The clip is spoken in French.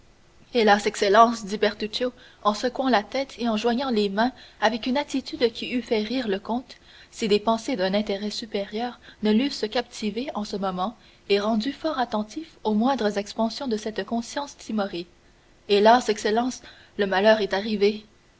excellence dit bertuccio en secouant la tête et en joignant les mains avec une attitude qui eût fait rire le comte si des pensées d'un intérêt supérieur ne l'eussent captivé en ce moment et rendu fort attentif aux moindres expansions de cette conscience timorée hélas excellence le malheur est arrivé